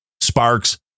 sparks